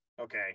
Okay